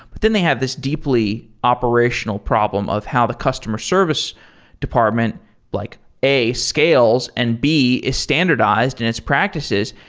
but then they have this deeply operational problem of how the customer service department like a, scales and b, is standardized in its practices.